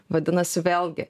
vadinasi vėlgi